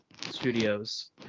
Studios